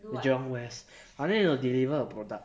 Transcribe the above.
jurong west I need to deliver a product